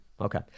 Okay